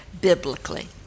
biblically